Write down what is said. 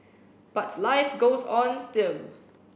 but life goes on still